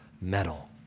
metal